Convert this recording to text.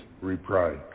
reprise